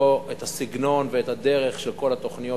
לא את הסגנון ואת הדרך של כל התוכניות,